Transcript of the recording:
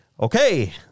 Okay